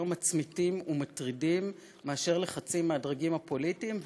מצמיתים ומטרידים מאשר לחצים מהדרגים הפוליטיים.